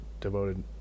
devoted